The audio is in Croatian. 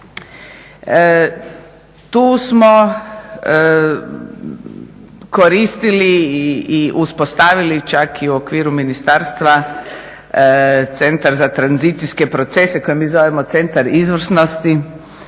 tu smo koristili i uspostavili čak i u okviru ministarstva Centar za tranzicijske procese koje mi zovemo Centar izvrsnosti,